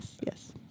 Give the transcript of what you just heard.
yes